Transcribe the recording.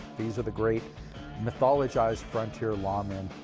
these are the great mythologized frontier lawmen,